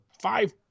five